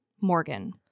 Morgan